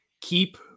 Keep